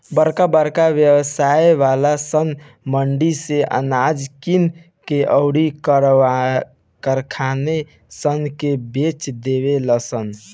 बरका बरका व्यवसाय वाला सन मंडी से अनाज किन के अउर कारखानेदार सन से बेच देवे लन सन